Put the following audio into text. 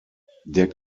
der